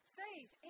faith